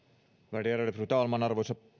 värderade fru talman arvoisa